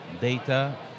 data